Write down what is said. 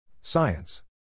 Science